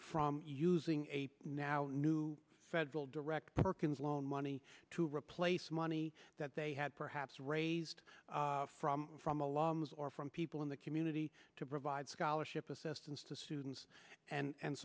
from using a now new federal direct perkins loan money to replace money that they had perhaps raised from from alarms or from people in the community to provide scholarship assistance to students and